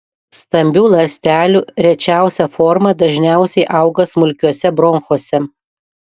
stambių ląstelių rečiausia forma dažniausiai auga smulkiuose bronchuose